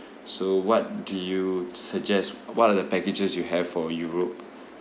so what do you suggest what are the packages you have for europe